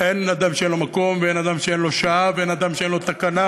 אין אדם שאין לו מקום ואין אדם שאין לו שעה ואין אדם שאין לו תקנה,